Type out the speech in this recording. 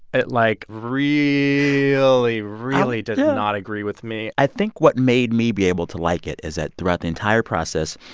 it like really, really really did not agree with me i think what made me be able to like it is that, throughout the entire process,